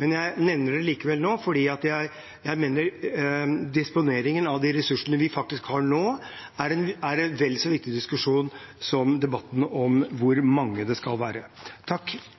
men jeg nevner det likevel nå, for jeg mener at disponeringen av ressursene vi faktisk har nå, er en vel så viktig diskusjon som debatten om hvor mange det skal være. Jeg takker